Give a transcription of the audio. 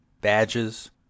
badges